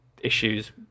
issues